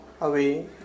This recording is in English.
away